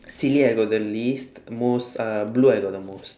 silly I got the least most uh blue I got the most